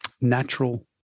natural